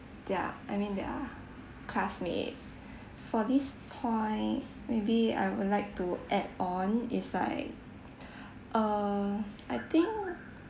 their I mean their classmates for this point maybe I would like to add on is like err I think